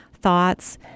Thoughts